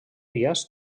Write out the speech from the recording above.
díaz